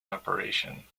operation